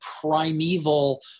primeval